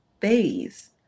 phase